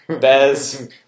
Bez